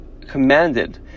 commanded